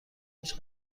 هیچ